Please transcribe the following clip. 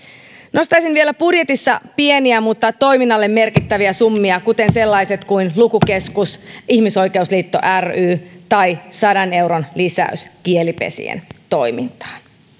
nostaisin vielä budjetissa pieniä mutta toiminnalle merkittäviä summia kuten lisäykset lukukeskukselle ja ihmisoikeusliitto rylle tai sadan euron lisäys kielipesien toimintaan